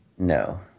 No